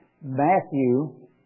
Matthew